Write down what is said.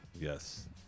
Yes